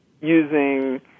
using